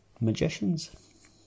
magicians